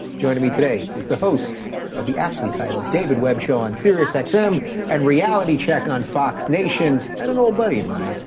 joining me today is the host of the aptly titled david webb show on sirius xm um and reality check on fox nation, and an old buddy of mine,